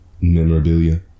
memorabilia